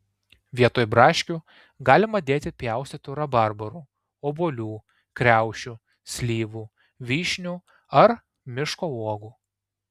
vietoj braškių galima dėti pjaustytų rabarbarų obuolių kriaušių slyvų vyšnių ar miško uogų